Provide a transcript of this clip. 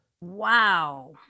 wow